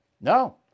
no